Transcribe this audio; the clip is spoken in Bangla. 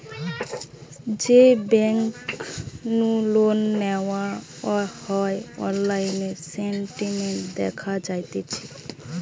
যেই বেংক নু লোন নেওয়া হয়অনলাইন স্টেটমেন্ট দেখা যাতিছে